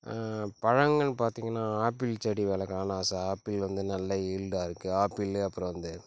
பழங்கள் பார்த்திங்கன்னா ஆப்பிள் செடி வளர்க்கணுன்னு ஆசை ஆப்பிள் வந்து நல்ல ஈல்டாக இருக்கு ஆப்பிளு அப்புறம் இந்த